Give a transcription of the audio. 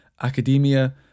academia